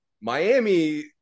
Miami